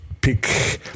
pick